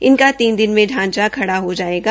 इनका तीन दिन में शांचा खड़ा हो जाएगा